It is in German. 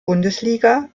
bundesliga